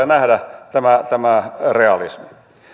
nähdä tämä tämä realismi